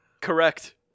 Correct